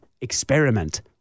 Experiment